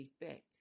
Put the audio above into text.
effect